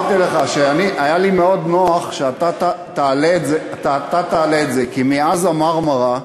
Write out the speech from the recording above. אמרתי לך שהיה לי מאוד נוח שאתה תעלה את זה כי מאז ה"מרמרה",